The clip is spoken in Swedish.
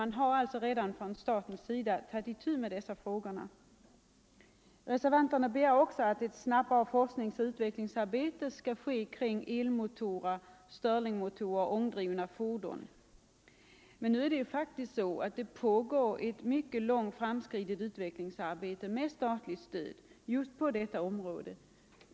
Man har alltså redan från statens sida tagit itu med dessa frågor. Reservanterna begär också att ett snabbare forskningsoch utvecklingsarbete skall bedrivas kring elmotorer, sterlingmotorer och ångdrivna fordon. Men nu pågår det just på detta område ett mycket långt framskridet utvecklingsarbete med statligt stöd.